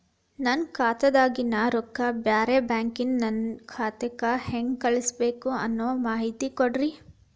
ನನ್ನ ಖಾತಾದಾಗಿನ ರೊಕ್ಕ ಬ್ಯಾರೆ ಬ್ಯಾಂಕಿನ ನನ್ನ ಖಾತೆಕ್ಕ ಹೆಂಗ್ ಕಳಸಬೇಕು ಅನ್ನೋ ಮಾಹಿತಿ ಕೊಡ್ರಿ?